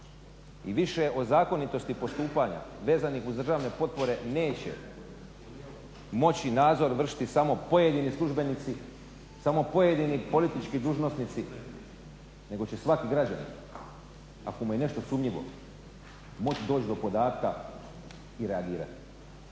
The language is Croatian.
i više o zakonitosti postupanja vezanih uz državne potpore neće moći nadzor vršiti samo pojedini službenici, samo pojedini politički dužnosnici nego će svaki građanin ako mu je nešto sumnjivo moći doći do podatka i reagirati.